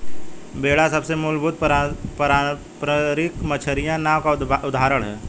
बेड़ा सबसे मूलभूत पारम्परिक मछियारी नाव का उदाहरण है